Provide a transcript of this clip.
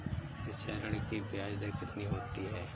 शिक्षा ऋण की ब्याज दर कितनी होती है?